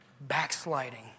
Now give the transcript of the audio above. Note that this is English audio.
backsliding